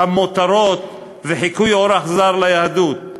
המותרות וחיקוי אורח זר ליהדות,